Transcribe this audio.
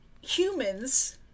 humans